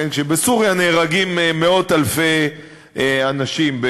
כשבסוריה נהרגים מאות-אלפי אנשים.